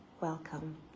Welcome